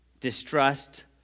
Distrust